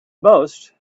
most